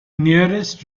nearest